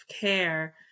care